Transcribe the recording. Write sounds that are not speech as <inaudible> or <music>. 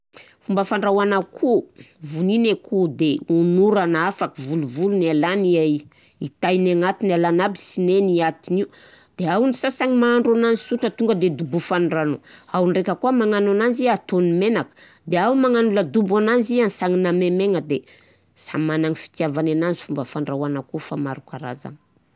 Fomba fandrahoana akoho, vonina akoho de onorana afaky volovolony, alana <hesitation> i tainy agnatiny, alana aby i sinainy i atiny io, de ao ny sasany mahandro ananzy sotra tonga de tobofany rano, ao ndraika koà magnano ananzy ataony menaka de ao ny magnano ladobo ananzy asagnany maimaigna de samy managna fitiavagny ananzy fomba fandrahoana akoho fa maro karazagny.